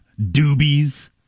doobies